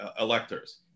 electors